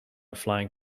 flying